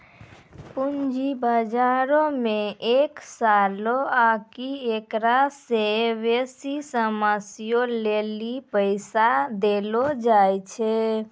पूंजी बजारो मे एक सालो आकि एकरा से बेसी समयो लेली पैसा देलो जाय छै